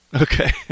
Okay